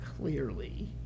Clearly